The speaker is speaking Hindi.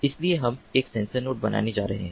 इसलिए हम एक सेंसर नेटवर्क बनाने जा रहे हैं